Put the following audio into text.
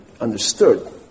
understood